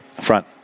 Front